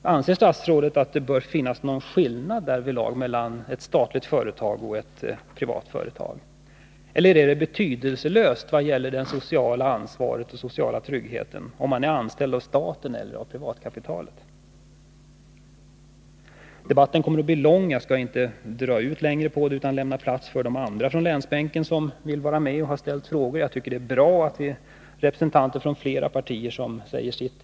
Anser statsrådet att det bör finnas någon skillnad därvidlag mellan ett statligt företag och ett privatägt företag? Eller är det betydelselöst för den sociala tryggheten om man är anställd av staten eller av privatkapitalet? Debatten kommer att bli lång, och jag skall inte förlänga mitt anförande utan lämna plats för andra från länsbänken som vill vara med och som har ställt frågor. Jag tycker det är bra att representanter från flera partier säger sitt.